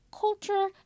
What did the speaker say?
culture